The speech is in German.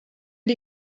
die